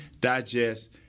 digest